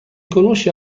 conosce